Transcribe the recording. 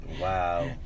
Wow